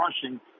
crushing